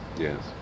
Yes